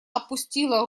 опустила